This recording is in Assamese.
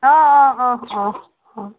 অঁ